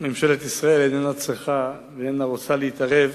ממשלת ישראל איננה צריכה ואיננה רוצה להתערב